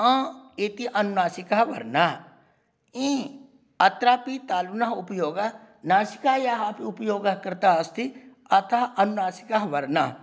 अँ इति अनुनासिकः वर्णः इं अत्रापि तालुनः उपयोगः नासिकायाः अपि उपयोगः कृतः अस्ति अतः अनुनासिकः वर्णः